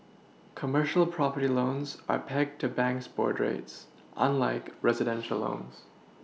commercial property loans are pegged to banks' board rates unlike residential loans